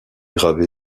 gravé